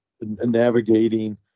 navigating